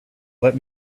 let